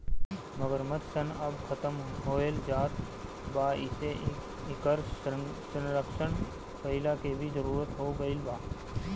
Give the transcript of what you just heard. मगरमच्छ सन अब खतम होएल जात बा एसे इकर संरक्षण कईला के भी जरुरत हो गईल बा